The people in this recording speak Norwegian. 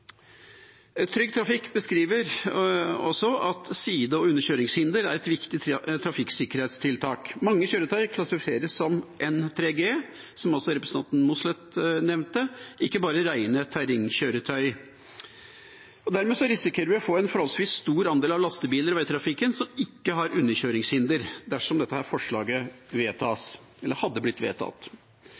Trygg Trafikk beskriver også at side- og underkjøringshinder er et viktig trafikksikkerhetstiltak. Mange kjøretøy klassifiseres som N3G, som også representanten Mossleth nevnte, ikke bare rene terrengkjøretøy. Dermed risikerer vi å få en forholdsvis stor andel av lastebiler i veitrafikken som ikke har underkjøringshinder, dersom dette forslaget vedtas – eller hadde blitt vedtatt.